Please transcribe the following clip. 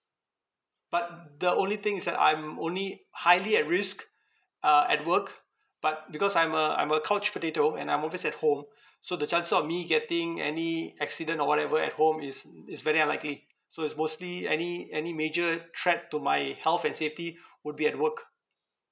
but the only thing is that I'm only highly at risk uh at work but because I'm a I'm a couch potato and I'm always at home so the chances of me getting any accident or whatever at home is is very unlikely so it's mostly any any major threat to my health and safety would be at work